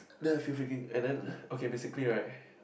then I feel freaking and then okay basically right